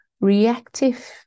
reactive